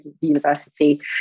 university